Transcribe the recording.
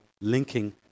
linking